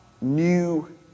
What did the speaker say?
new